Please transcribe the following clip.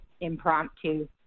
impromptu